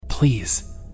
please